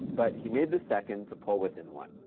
but he made the second to pull within one.